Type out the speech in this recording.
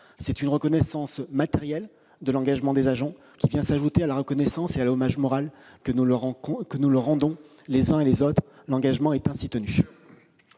C'est une reconnaissance matérielle de l'engagement des agents, qui s'ajoute à la reconnaissance et à l'hommage moral que nous leur rendons les uns et les autres. L'engagement est ainsi tenu